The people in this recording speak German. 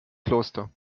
kloster